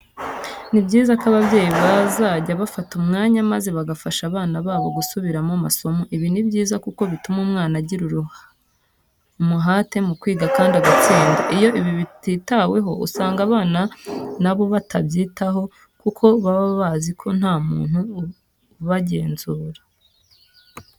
Ni byiza ko ababyeyi bazajya bafata umwanya maze bagafasha abana babo gusubiramo amasomo. Ibi ni byiza kuko bituma umwana agira umuhate mu kwiga kandi agatsinda. Iyo ibi bititaweho usanga abana na bo batabyitaho kuko baba bazi ko nta muntu ubagenzura.